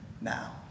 now